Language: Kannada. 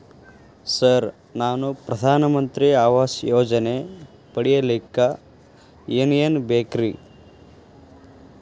ಸರ್ ನಾನು ಪ್ರಧಾನ ಮಂತ್ರಿ ಆವಾಸ್ ಯೋಜನೆ ಪಡಿಯಲ್ಲಿಕ್ಕ್ ಏನ್ ಏನ್ ಬೇಕ್ರಿ?